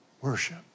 worship